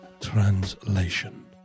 translation